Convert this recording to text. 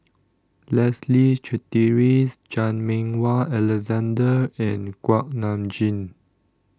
Leslie Charteris Chan Meng Wah Alexander and Kuak Nam Jin